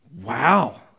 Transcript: wow